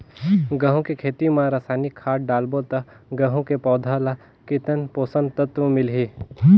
गंहू के खेती मां रसायनिक खाद डालबो ता गंहू के पौधा ला कितन पोषक तत्व मिलही?